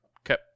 Okay